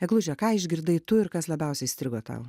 egluže ką išgirdai tu ir kas labiausiai įstrigo tau